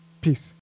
Peace